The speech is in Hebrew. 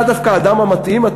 אתה דווקא האדם המתאים,